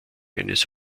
eines